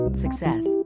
Success